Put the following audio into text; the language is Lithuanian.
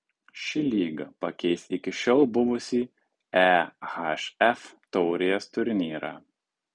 ši lyga pakeis iki šiol buvusį ehf taurės turnyrą